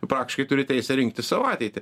praktiškai turi teisę rinktis savo ateitį